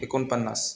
एकोणपन्नास